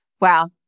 wow